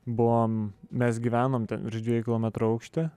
buvom mes gyvenom virš dviejų kilometrų aukšty